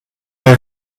der